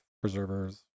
preservers